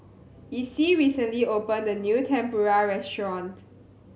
Icie recently opened a new Tempura restaurant